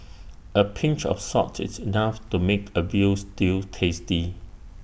A pinch of salt is enough to make A Veal Stew tasty